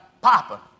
Papa